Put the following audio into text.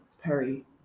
Perry